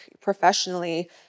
professionally